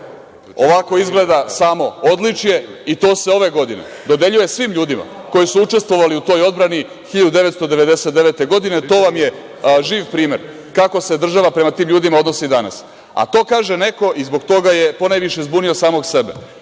ovako izgleda samo odličje i to se ove godine dodeljuje svim ljudima koji su učestvovali u toj odbrani 1999. godine. To vam je živ primer kako se država prema tim ljudima odnosi danas. To kaže neko i zbog toga je ponajviše zbunio samog sebe,